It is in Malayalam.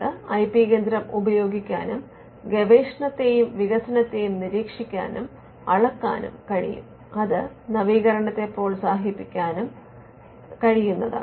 നിങ്ങൾക്ക് ഐ പി കേന്ദ്രം ഉപയോഗിക്കാനും ഗവേഷണത്തെയും വികസനത്തെയും നിരീക്ഷിക്കാനും അളക്കാനും കഴിയും അത് നവീകരണത്തെ പ്രോത്സാഹിപ്പിക്കാനും കഴിയും